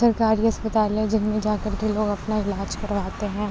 سرکاری اسپتال ہیں جن میں جا کر کے لوگ اپنا علاج کرواتے ہیں